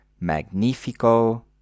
Magnifico